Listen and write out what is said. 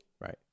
right